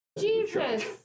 Jesus